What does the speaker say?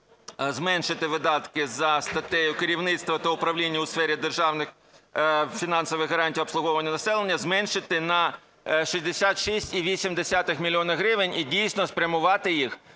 зменшити видатки за статтею "Керівництво та управління у сфері державних фінансових гарантій обслуговування населення", зменшити на 66,8 мільйона гривень і, дійсно, спрямувати їх